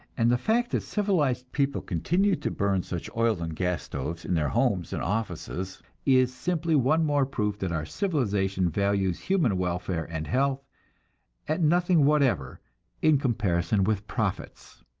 and the fact that civilized people continue to burn such oil and gas stoves in their homes and offices is simply one more proof that our civilization values human welfare and health at nothing whatever in comparison with profits.